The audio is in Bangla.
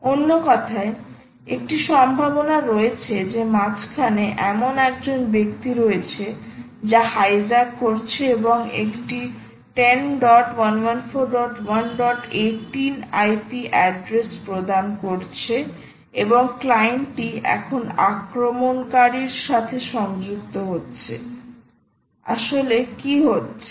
অন্য কথায় একটি সম্ভাবনা রয়েছে যে মাঝখানে এমন একজন ব্যক্তি রয়েছে যা হাইজ্যাক করছে এবং একটি 10114118 IP অ্যাড্রেস প্রদান করছে এবং ক্লায়েন্টটি এখন আক্রমণকারীর সাথে সংযুক্ত হচ্ছে আসলে কি হচ্ছে